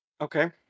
okay